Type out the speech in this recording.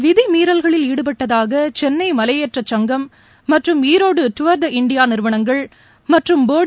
விதி மீறல்களில் ஈடுபட்டதாக சென்ளை மலையேற்ற சங்கம் மற்றும் ஈரோடு டூர் டி இண்டியா நிறுவனங்கள் மற்றும் போடி